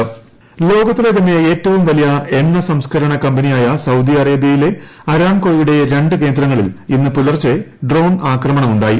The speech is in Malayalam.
സൌദി ആക്രമണം ലോകത്തിലെ തന്നെ ഏറ്റവും വലിയ എണ്ണ സംസ്കരണ കമ്പനിയായ സൌദി അറേബ്യയിലെ അരാംകോയുടെ രണ്ട് കേന്ദ്രങ്ങളിൽ ഇന്ന് പുലർച്ചെ ഡ്രോൺ ആക്രമണം ഉണ്ടായി